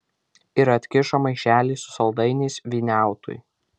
ir atkišo maišelį su saldainiais vyniautui